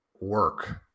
work